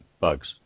bugs